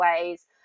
ways